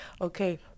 Okay